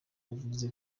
yavuze